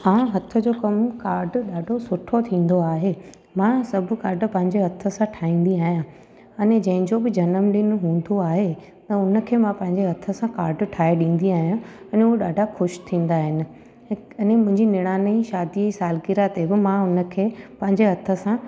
हा हथु जो कमु काड ॾाढो सुठो थींदो आहे मां सभु काड पंहिंजे हथु सां ठाहींदी आहियां अने जंहिंजो बि जनमु डिन हूंदो आहे त हुनखे मां पंहिंजे हथ सां काड ठाहे ॾींदी आहियां अने हो ॾाढा ख़ुशि थींदा आहिनि अने मुंहिंजी निराण जी शादीअ जी सालगिराह ते बि मां हुनखे पंहिंजे हथ सां